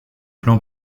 plan